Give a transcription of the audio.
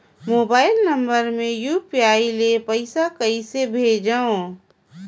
Mobile number UPI यू.पी.आई ले पइसा कइसे भेजवं?